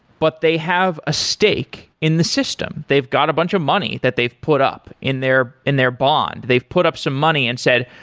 but they have a stake in the system. they've got a bunch of money that they've put up in their in their bond. they've put up some money and said,